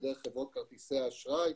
ודרך חברות כרטיסי האשראי,